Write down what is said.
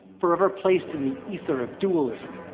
forever placed in the ether of dualism.